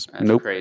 Nope